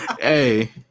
hey